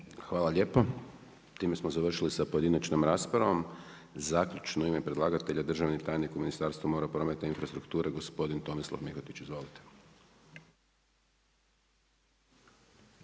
Hvala lijepa. Time smo završili sa pojedinačnom raspravom. Zaključno u ime predlagatelja državni tajnik u Ministarstvu mora, prometa i infrastrukture gospodin Tomislav Mihotić. Izvolite.